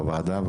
בוועדה,